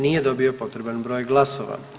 Nije dobio potreban broj glasova.